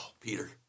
Peter